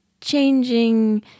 changing